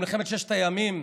במלחמת ששת הימים,